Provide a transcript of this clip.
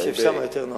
שב שם, זה יותר נוח.